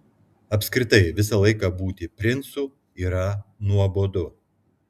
apskritai visą laiką būti princu yra nuobodu